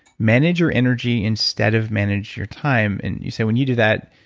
manage your energy instead of manage your time. and you say, when you do that,